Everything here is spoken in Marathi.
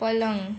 पलंग